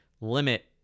limit